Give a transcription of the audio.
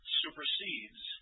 supersedes